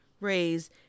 raise